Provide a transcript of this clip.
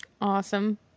awesome